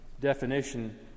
definition